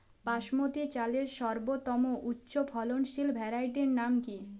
বাসমতী চালের সর্বোত্তম উচ্চ ফলনশীল ভ্যারাইটির নাম কি?